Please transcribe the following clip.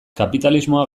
kapitalismoa